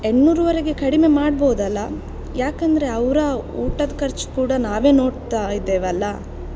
ಎಂಟ್ನೂರುವರೆಗೆ ಕಡಿಮೆ ಮಾಡ್ಬೌದಲ್ಲಾ ಯಾಕಂದರೆ ಅವರ ಊಟದ ಖರ್ಚು ಕೂಡ ನಾವೇ ನೋಡ್ತಾ ಇದ್ದೇವಲ್ಲಾ